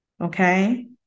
Okay